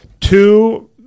Two